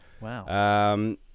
Wow